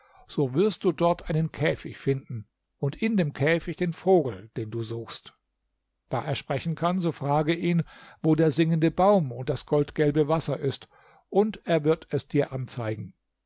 so wirst du dort einen käfig finden und in dem käfig den vogel den du suchst da er sprechen kann so frage ihn wo der singende baum und das goldgelbe wasser ist und er wird es dir anzeigen